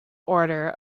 order